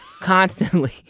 Constantly